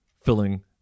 filling